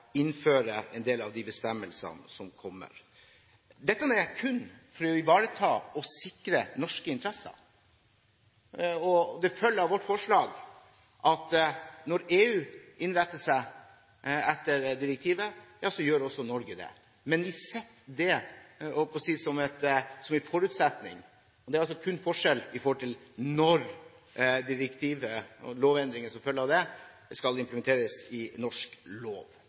innføre en del av de bestemmelsene som kommer. Dette gjør vi kun for å ivareta og sikre norske interesser. Det følger av vårt forslag at når EU innretter seg etter direktivet, gjør også Norge det. Men det setter vi som en forutsetning. Det er kun forskjell når det gjelder når direktivet og lovendringene som følger av det, skal implementeres i norsk lov.